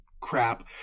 crap